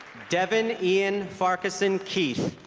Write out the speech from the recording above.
devon ian farquharson keith